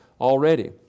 already